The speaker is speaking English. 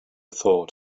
thought